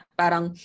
parang